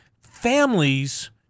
families